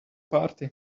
party